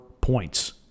points